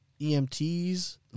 EMTs